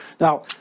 Now